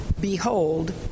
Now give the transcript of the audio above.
Behold